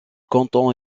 canton